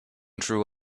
true